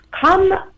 come